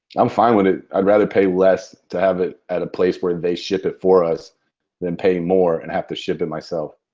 i'm fine with it, i'd rather pay less to have it at a place where they ship it for us than pay more and have to ship it myself.